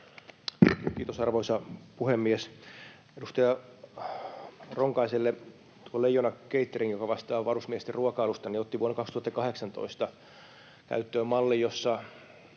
Kiitos, arvoisa puhemies! Edustaja Ronkaiselle: Tuo Leijona Catering, joka vastaa varusmiesten ruokailusta, otti vuonna 2018 käyttöön mallin, jossa